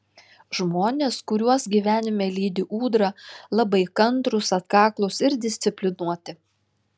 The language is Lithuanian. žmonės kuriuos gyvenime lydi ūdra labai kantrūs atkaklūs ir disciplinuoti